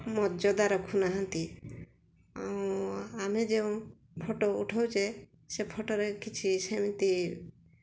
ମର୍ଯ୍ୟାଦା ରଖୁନାହାନ୍ତି ଆଉ ଆମେ ଯେଉଁ ଫଟୋ ଉଠାଉଛେ ସେ ଫଟୋରେ କିଛି ସେମିତି